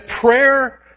prayer